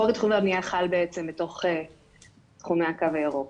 חוק תכנוני הבנייה חל בעצם בתוך תחומי הקו הירוק